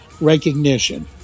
recognition